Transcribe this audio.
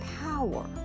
power